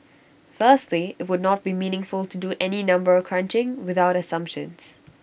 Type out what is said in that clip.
firstly IT would not be meaningful to do any number crunching without assumptions